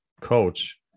coach